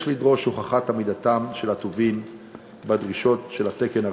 יש לדרוש הוכחת עמידתם של הטובין בדרישות של התקן הרשמי.